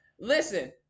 Listen